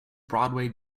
broadway